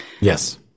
Yes